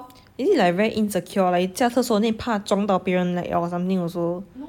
is it like very insecure like you 驾车时候怕撞到别人 light or something also